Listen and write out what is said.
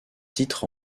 titres